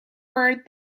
word